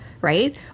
right